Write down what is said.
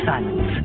Silence